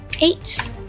eight